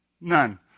None